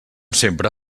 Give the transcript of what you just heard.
sempre